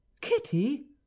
Kitty